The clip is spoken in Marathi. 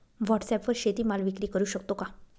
व्हॉटसॲपवर शेती माल विक्री करु शकतो का?